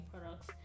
products